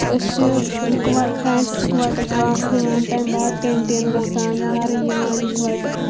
أسۍ چھِ یِکوَٹ فرٛٮ۪نڈٕس یِکوٹہٕ کٕلاس لِوان تَمہِ بعد کٮ۪نٹیٖن گَژھان گَرٕ یِوان یِکوٹہٕ